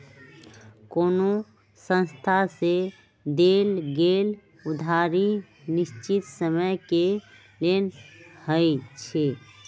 कोनो संस्था से देल गेल उधारी निश्चित समय के लेल होइ छइ